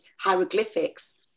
hieroglyphics